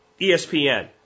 ESPN